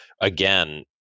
again